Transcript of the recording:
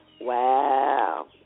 Wow